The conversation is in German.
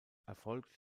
erfolgt